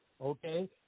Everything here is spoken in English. okay